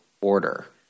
order